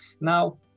Now